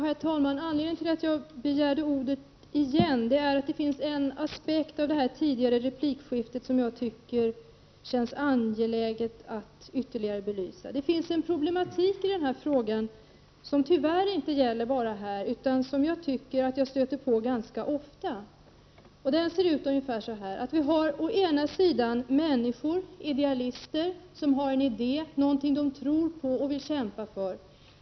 Herr talman! Anledningen till att jag begärde ordet på nytt är att det finns en aspekt det tidigare replikskiftet som jag tycker att det känns angeläget att ytterligare belysa. Det finns en problematik i denna fråga som tyvärr inte förekommer bara här utan som jag stöter på ganska ofta. Den ser ut ungefär så här: Vi har å ena sidan människor, idealister, som har en idé, någonting de tror på och vill kämpa för.